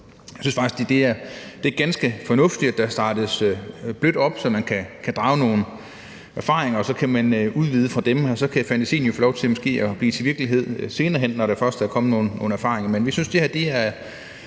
Jeg synes faktisk, det er ganske fornuftigt, at der startes blødt op, så man kan drage nogle erfaringer og udvide ud fra dem, og så kan fantasien måske få lov til at blive til virkelighed senere hen, når der først er kommet nogle erfaringer. Men vi synes, det her er